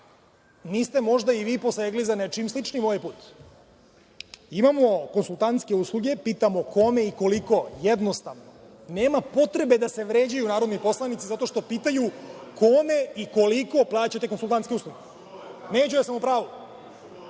niste možda i vi posegli za nečim sličnim ovaj put. Imamo konsultantske usluge i pitamo – kome i koliko? Jednostavno je. Nema potrebe da se vređaju narodni poslanici zato što pitaju kome i koliko plaćate konsultantske usluge. Neđo, jel sam u pravu?